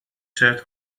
شرت